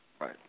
Right